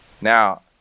Now